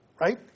right